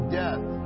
death